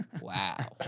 wow